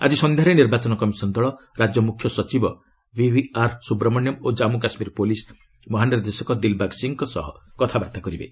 ଆଜି ସନ୍ଧ୍ୟାରେ ନିର୍ବାଚନ କମିଶନ୍ ଦଳ ରାଜ୍ୟ ମୁଖ୍ୟ ସଚିବ ବିଭିଆର୍ ସୁବ୍ରମଣ୍ୟମ୍ ଓ କମ୍ମୁ କାଶ୍ମୀର ପୁଲିସ୍ ମହାନିର୍ଦ୍ଦେଶକ ଦିଲ୍ବାଗ୍ ସିଂଙ୍କ ସହ କଥାବର୍ତ୍ତା କରିବେ